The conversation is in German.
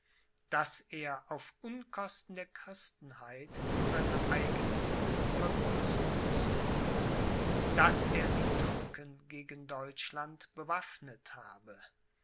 daß er auf unkosten der christenheit seine eigene vergrößerung suche daß er die türken gegen deutschland bewaffnet habe